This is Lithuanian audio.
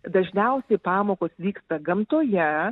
dažniausiai pamokos vyksta gamtoje